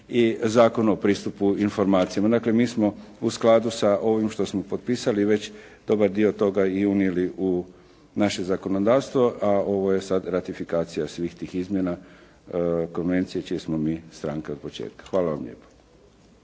i Zakon o pristupu informacijama. Dakle, mi smo u skladu sa ovim što smo potpisali već dobar dio toga i unijeli u naše zakonodavstvo, a ovo je sad ratifikacija svih tih izmjena Konvencije čije smo mi stranke od početka. Hvala vam lijepa.